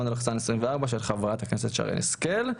(פ/1828/24), של חברת הכנסת שרן השכל.